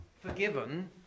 forgiven